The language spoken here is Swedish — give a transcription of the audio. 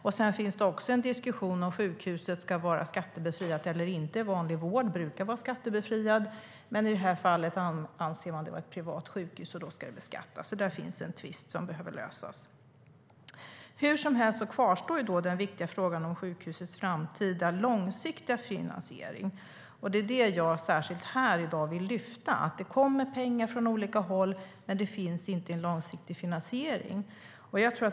Hur som helst kvarstår den viktiga frågan om sjukhusets framtida långsiktiga finansiering. Jag vill särskilt här i dag lyfta fram att det kommer pengar från olika håll, men det finns inte en långsiktig finansiering.